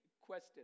question